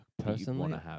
Personally